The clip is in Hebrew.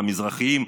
המזרחים,